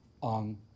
on